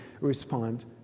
respond